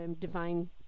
divine